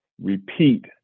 repeat